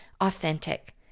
authentic